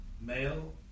male